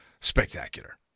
spectacular